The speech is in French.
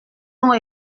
donc